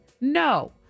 no